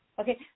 Okay